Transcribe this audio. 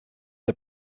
the